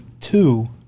two